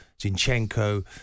Zinchenko